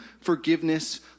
forgiveness